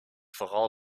vooral